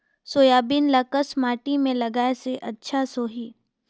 Soybean ल कस माटी मे लगाय ले अच्छा सोही?